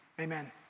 amen